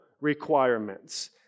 requirements